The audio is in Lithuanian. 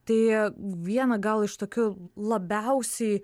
tai viena gal iš tokių labiausiai